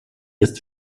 jest